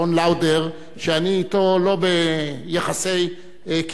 שאני אתו לא ביחסי קרבה כאלה או אחרים.